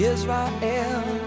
Israel